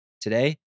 Today